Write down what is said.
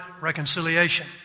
reconciliation